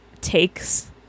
takes